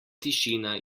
tišina